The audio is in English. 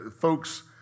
folks